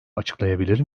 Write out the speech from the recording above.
açıklayabilir